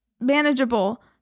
manageable